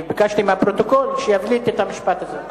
אני ביקשתי מהפרוטוקול שיבליט את המשפט הזה.